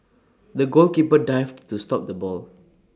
the goalkeeper dived to stop the ball